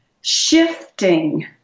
shifting